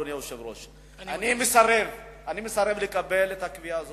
אדוני היושב-ראש, אני מסרב לקבל את הקביעה הזאת.